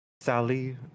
Sally